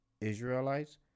Israelites